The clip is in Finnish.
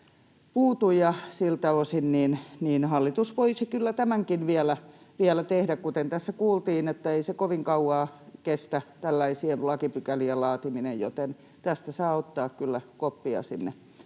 puutu ja siltä osin hallitus voisi kyllä tämänkin vielä tehdä. Kuten tässä kuultiin, ei se kovin kauan kestä tällaisien lakipykälien laatiminen, joten tästä saa ottaa kyllä koppia sinne